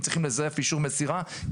צריך לזייף אישור מסירה,